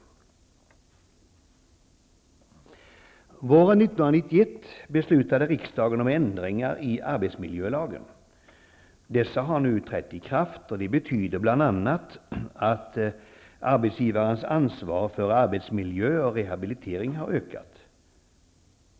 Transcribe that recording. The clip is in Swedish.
Våren 1991 beslutade riksdagen om ändringar i arbetsmiljölagen. Dessa har nu trätt i kraft, och de betyder bl.a. att arbetsgivarens ansvar för arbetsmiljö och rehabilitering har ökat.